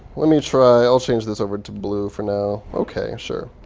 let me try i'll change this over to blue for now ok, sure.